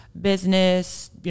business